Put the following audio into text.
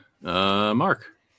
Mark